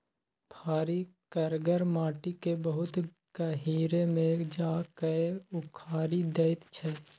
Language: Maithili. फारी करगर माटि केँ बहुत गहींर मे जा कए उखारि दैत छै